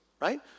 Right